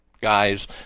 guys